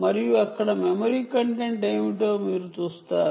మరియు అక్కడ memory content ఏమిటో మీరు చూస్తారు